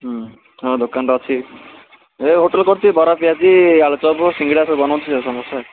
ହଁ ଦୋକାନରେ ଅଛି ଏ ହୋଟେଲ୍ କରିଛି ବରା ପିଆଜି ଆଳୁ ଚପ୍ ସିଙ୍ଗଡ଼ା ସବୁ ବନାଉଛି ସମୋସା